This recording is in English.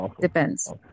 depends